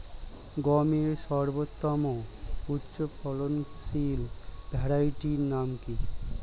গমের সর্বোত্তম উচ্চফলনশীল ভ্যারাইটি নাম কি?